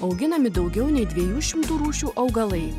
auginami daugiau nei dviejų šimtų rūšių augalai